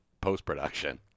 post-production